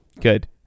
Good